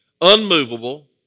unmovable